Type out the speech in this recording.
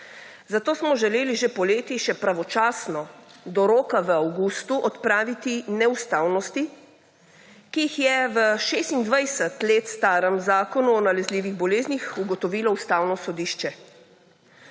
Zato smo želeli že poleti še pravočasno do roka v avgustu odpraviti neustavnosti, ki jih je v 26 let starem Zakonu o nalezljivih boleznih ugotovilo Ustavno sodišče.